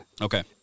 Okay